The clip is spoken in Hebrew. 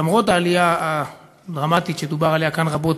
למרות העלייה הדרמטית שדובר עליה כאן רבות,